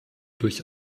durch